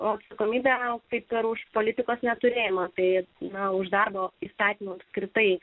atsakomybė apskaitos politikos neturėtų rūpėti ne už darbo įstatymus kritai